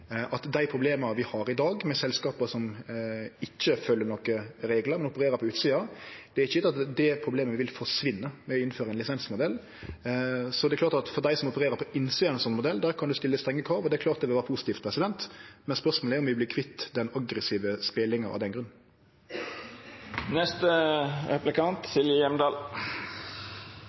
dei problema vi har i dag med dei selskapa som ikkje følgjer nokon reglar og opererer på utsida. Det er ikkje gjeve at dei problema vil forsvinne ved å innføre ein lisensmodell. Så det er klart at til dei som opererer på innsida av ein sånn modell, kan ein stille strenge krav, og det er klart at det kan vere positivt. Men spørsmålet er om vi vert kvitt den aggressive spelinga av den